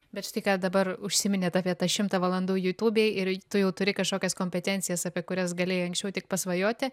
bet štai ką dabar užsiminėt apie tą šimtą valandų jutubėj ir tu jau turi kažkokias kompetencijas apie kurias galėjai anksčiau tik pasvajoti